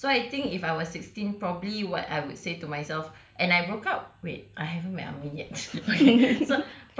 so I think if I were sixteen probably what I would say to myself and I broke up wait I haven't met amin yet so